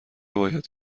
باید